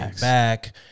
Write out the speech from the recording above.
back